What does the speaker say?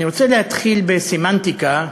אני רוצה להתחיל בסמנטיקה,